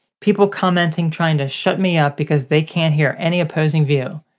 people commenting trying to shut me up because they can't hear any opposing view.